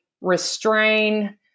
restrain